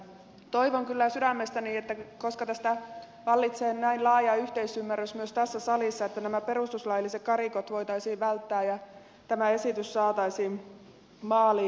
toivon kyllä sydämestäni että koska tästä vallitsee näin laaja yhteisymmärrys myös tässä salissa niin nämä perustuslailliset karikot voitaisiin välttää ja tämä esitys saataisiin maaliin